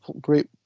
great